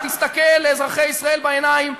תסתכל לאזרחי ישראל בעיניים,